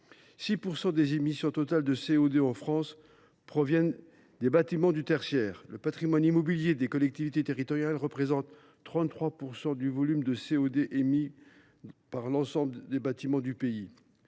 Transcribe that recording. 6 % des émissions totales de CO2 proviennent des bâtiments du tertiaire. Le patrimoine immobilier des collectivités territoriales représente 33 % du volume de CO2 émis par l’ensemble des bâtiments du pays.